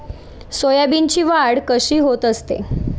सोयाबीनची वाढ कशी होत असते?